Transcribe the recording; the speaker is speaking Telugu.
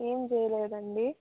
ఏం చేయలేదు అండి